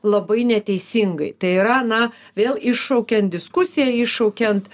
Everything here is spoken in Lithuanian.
labai neteisingai tai yra na vėl iššaukiant diskusiją iššaukiant